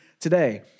today